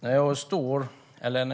Herr talman!